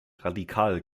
radikal